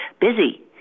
busy